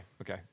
Okay